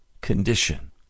condition